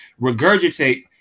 regurgitate